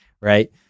right